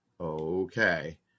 Okay